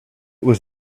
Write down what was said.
was